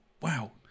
wow